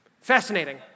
Fascinating